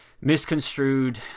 misconstrued